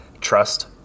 trust